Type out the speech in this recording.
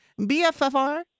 BFFR